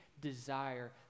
desire